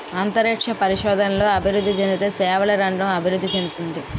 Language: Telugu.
అంతరిక్ష పరిశోధనలు అభివృద్ధి చెందితే సేవల రంగం అభివృద్ధి చెందుతుంది